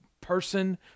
person